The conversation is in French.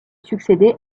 succéder